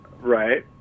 Right